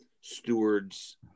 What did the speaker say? stewards